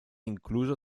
incluso